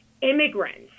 immigrants